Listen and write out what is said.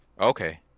Okay